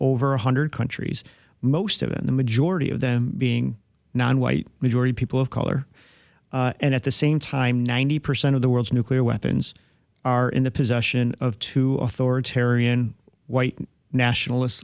over one hundred countries most of in the majority of them being nonwhite majority people of color and at the same time ninety percent of the world's nuclear weapons are in the possession of two authoritarian white nationalist